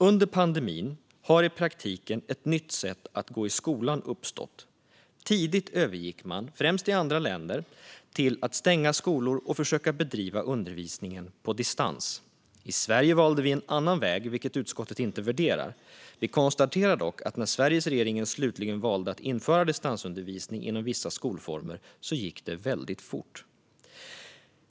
Under pandemin har i praktiken ett nytt sätt att gå i skolan uppstått. Tidigt övergick man, främst i andra länder, till att stänga skolor och försöka bedriva undervisningen på distans. I Sverige valde vi en annan väg, vilket utskottet inte värderar. Vi konstaterar dock att när Sveriges regering slutligen valde att införa distansundervisning inom vissa skolformer gick det väldigt fort.